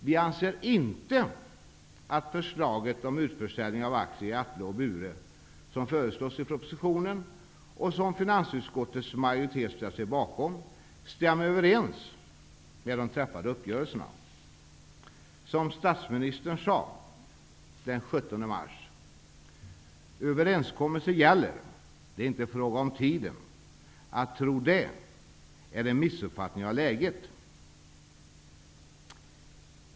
Vi anser inte att förslaget om utförsäljning av aktier i Atle och Bure, som föreslås i propositionen, och som finansutskottets majoritet har ställt sig bakom, stämmer överens med de träffade uppgörelserna. Som statsministern sade den 17 mars: ''Överenskommelser gäller. Det är inte fråga om tiden. Att tro det är en missuppfattning av läget.''